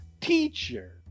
Teacher